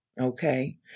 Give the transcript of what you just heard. Okay